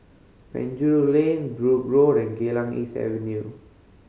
Penjuru Lane Brooke Road and Geylang East Avenue